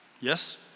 Yes